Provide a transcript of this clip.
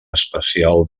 especial